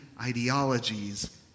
ideologies